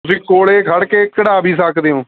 ਤੁਸੀਂ ਕੋਲ ਖੜ੍ਹ ਕੇ ਕਢਾ ਵੀ ਸਕਦੇ ਹੋ